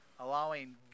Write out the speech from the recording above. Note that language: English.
Allowing